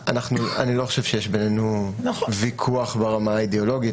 אני לא חושב שיש בינינו ויכוח ברמה האידאולוגית.